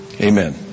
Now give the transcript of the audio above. Amen